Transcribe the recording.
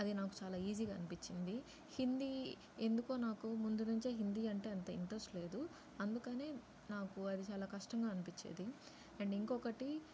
అది నాకు చాలా ఈజీగా అనిపిచ్చింది హిందీ ఎందుకో నాకు ముందునుంచే హిందీ అంటే అంత ఇంట్రస్ట్ లేదు అందుకనే నాకు అది చాలా కష్టంగా అనిపించేది అండ్ ఇంకొకటి